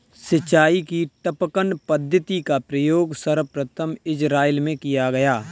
सिंचाई की टपकन पद्धति का प्रयोग सर्वप्रथम इज़राइल में किया गया